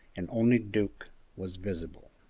and only duke was visible.